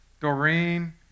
Doreen